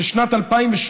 ששנת 2018,